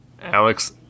Alex